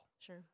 Sure